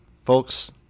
folks